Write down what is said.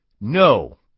No